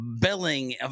billing